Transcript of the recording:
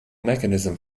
mechanism